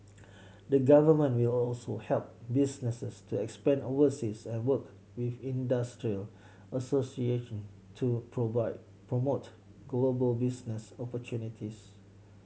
the Government will also help businesses to expand oversea and work with industry association to provite promote global business opportunities